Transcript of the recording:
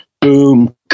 boom